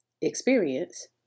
experience